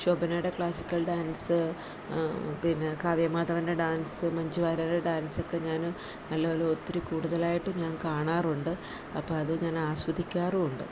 ശോഭനേടെ classical dance പിന്നെ കാവ്യമാധവൻ്റെ dance മഞ്ചുവാര്യരടെ ഡാൻസൊക്കെ ഞാൻ നല്ല പോലെ ഒത്തിരി കൂടുതലായിട്ട് ഞാൻ കാണാറുണ്ട് അപ്പം അത് ഞാൻ ആസ്വദിക്കാറും ഉണ്ട്